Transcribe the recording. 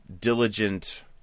diligent